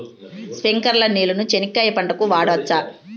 స్ప్రింక్లర్లు నీళ్ళని చెనక్కాయ పంట కు వాడవచ్చా?